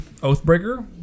Oathbreaker